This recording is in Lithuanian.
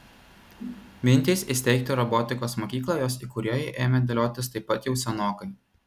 mintys įsteigti robotikos mokyklą jos įkūrėjui ėmė dėliotis taip pat jau senokai